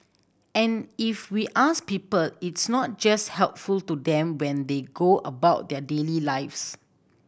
and if we ask people it's not just helpful to them when they go about their daily lives